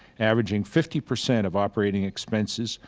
averaging fifty percent of operating expenses,